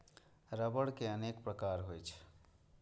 रबड़ के अनेक प्रकार होइ छै